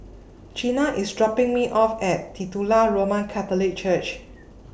Jeana IS dropping Me off At Titular Roman Catholic Church